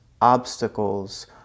obstacles